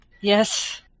Yes